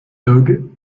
dogg